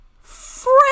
friend